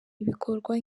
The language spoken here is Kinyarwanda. ibikorwa